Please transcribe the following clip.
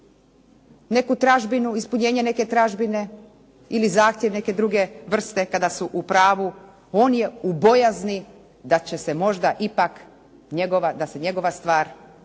neku tražbinu, ispunjenje neke tražbine ili zahtjev neke druge vrste kada su u pravu on je u bojazni da će se možda ipak njegova, da se